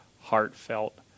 heartfelt